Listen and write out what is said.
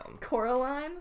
Coraline